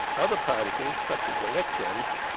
other particles, such as electrons,